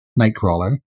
Nightcrawler